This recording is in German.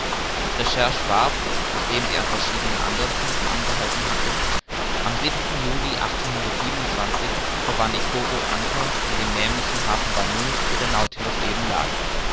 die recherche warf nachdem sie an verschiedenen anderen punkten angehalten am juli vor vanikoro anker in dem nämlichen hafen vanou wo der nautilus eben lag